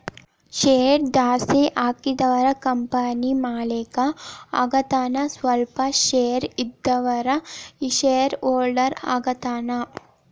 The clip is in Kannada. ಶೇರ್ ಜಾಸ್ತಿ ಹಾಕಿದವ ಕಂಪನಿ ಮಾಲೇಕ ಆಗತಾನ ಸ್ವಲ್ಪ ಶೇರ್ ಇದ್ದವ ಶೇರ್ ಹೋಲ್ಡರ್ ಆಗತಾನ